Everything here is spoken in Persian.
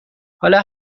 حالا